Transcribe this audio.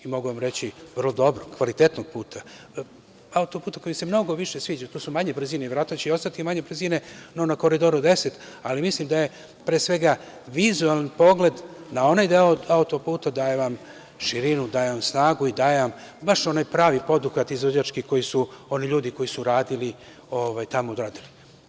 Mogu vam reći vrlo dobrog, kvalitetnog puta, auto-puta koji mi se mnogo više sviđa, to su manje brzine, verovatno će i ostati manje brzine, nego na Koridoru 10, ali mislim da je, pre svega vizuelan pogled na onaj deo auto-puta daje vam širinu, daje vam snagu i daje vam baš onaj pravi poduhvat izvođački koji su oni ljudi, koji su radili, tamo odradili.